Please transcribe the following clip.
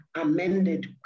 amended